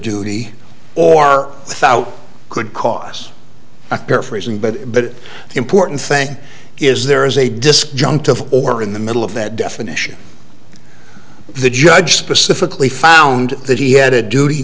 duty or are without could cause a paraphrasing but but the important thing is there is a disc jump to or in the middle of that definition the judge specifically found that he had a duty